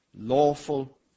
lawful